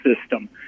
system